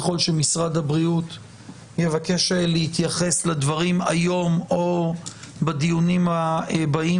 ככל שמשרד הבריאות יבקש להתייחס לדברים היום או בדיונים הבאים,